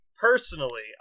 personally